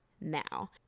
now